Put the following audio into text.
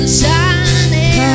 shining